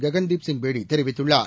ககன்தீப் சிங் பேடி தெரிவித்துள்ளார்